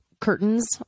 curtains